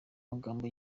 magambo